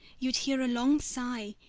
you'd hear a long sigh,